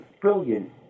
brilliant